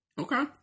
Okay